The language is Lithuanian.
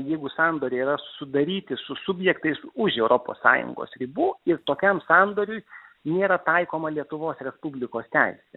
jeigu sandoriai yra sudaryti su subjektais už europos sąjungos ribų ir tokiam sandoriui nėra taikoma lietuvos respublikos teisė